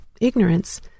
ignorance